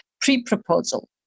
pre-proposal